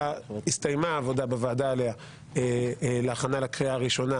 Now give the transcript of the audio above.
אתמול הסתיימה העבודה על ההצעה להכנה לקריאה הראשונה,